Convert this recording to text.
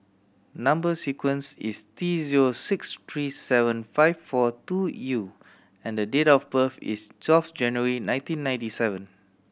number sequence is T zero six three seven five four two U and date of birth is twelve January nineteen ninety seven